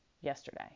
yesterday